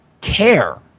care